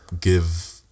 give